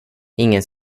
ingen